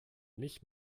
nicht